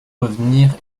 revenir